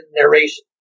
narration